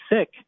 sick